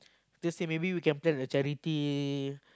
just say maybe we can plan a charity